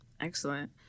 Excellent